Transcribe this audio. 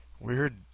weird